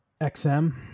XM